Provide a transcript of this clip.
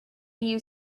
you